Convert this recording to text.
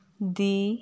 ਦੀ